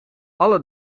alle